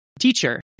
teacher